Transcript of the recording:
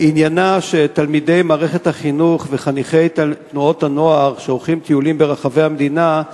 תלמידי מערכת החינוך וחניכי תנועות הנוער שעורכים טיולים ברחבי המדינה,